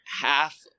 half